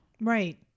Right